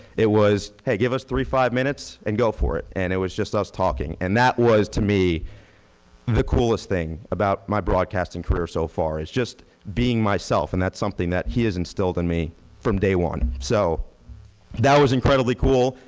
it was, hey, give us three, five minutes and go for it. and it was just us talking. and that was to me the coolest thing about my broadcasting career so far. it's just being myself. and that's something that he instilled in me from day one. so that was incredibly cool.